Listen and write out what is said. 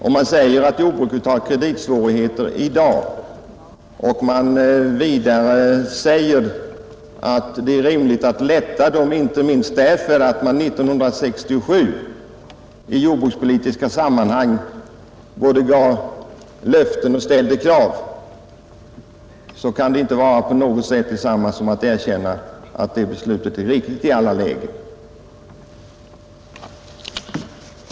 Om man säger att jordbruket har kreditsvårigheter i dag och om man vidare säger att det är rimligt att lätta dessa svårigheter inte minst därför att man 1967 både gav löften och ställde krav i jordbrukspolitiska sammanhang, då kan detta inte på något sätt vara detsamma som att erkänna att detta beslut är riktigt i alla lägen.